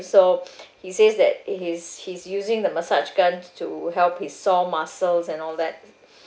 so he says that he's he's using the massage gun to help his sore muscles and all that